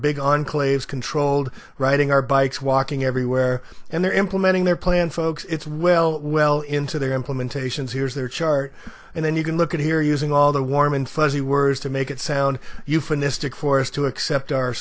big on claves controlled riding our bikes walking everywhere and they're implementing their plan folks it's well well into their implementations here's their chart and then you can look at here using all the warm and fuzzy words to make it sound euphemistic forced to accept our